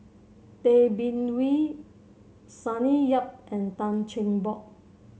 Tay Bin Wee Sonny Yap and Tan Cheng Bock